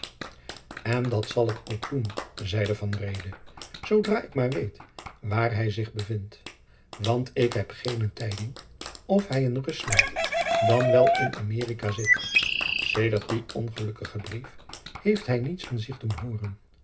en dat zal ik ook doen zeide van reede zoodra ik maar weet waar hij zich bevindt want ik heb geene tijding of hij in rusland dan wel in america zit sedert dien ongelukkigen brief heeft hij niets van zich doen hooren